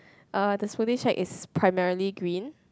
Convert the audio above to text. uh the smoothie shack is primarily green